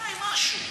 אולי משהו.